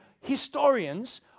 historians